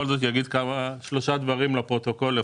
דרך אגב,